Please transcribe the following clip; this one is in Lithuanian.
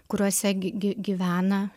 kuriuose gy gyvena